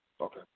Okay